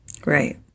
Great